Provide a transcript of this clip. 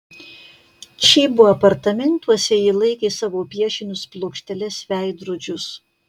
čybo apartamentuose ji laikė savo piešinius plokšteles veidrodžius